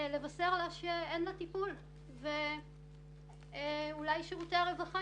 לבשר לה שאין לה טיפול ואולי שירותי הרווחה